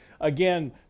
Again